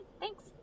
Thanks